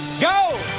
go